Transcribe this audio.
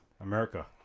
America